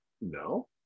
no